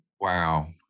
Wow